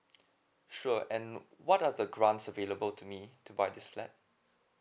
sure and what are the grants available to me to buy this flat